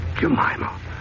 Jemima